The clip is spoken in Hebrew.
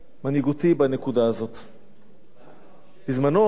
בזמן שהיו פה פיגועים, לצערנו הרב, פעמיים ביום,